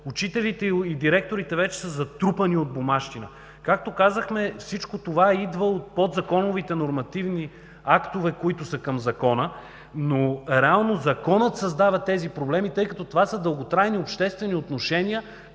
Учителите и директорите вече са затрупани от бумащина. Както казахме, всичко това идва от подзаконовите нормативни актове, които са към Закона, но реално Законът създава тези проблеми, тъй като това са дълготрайни обществени отношения,